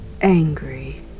angry